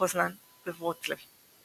פוזנן וורוצלב.